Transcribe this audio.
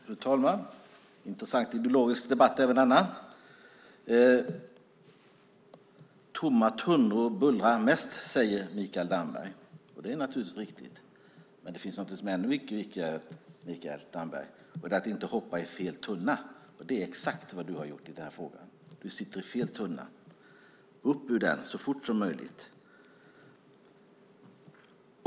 Fru talman! Även detta är en intressant ideologisk debatt. Tomma tunnor skramlar mest, säger Mikael Damberg. Det är naturligtvis riktigt, men det finns något annat som är viktigare, nämligen att inte hoppa i fel tunna. Det är exakt vad du har gjort i den här frågan. Du sitter i fel tunna. Kom upp ur den så fort som möjligt.